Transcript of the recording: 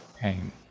Pain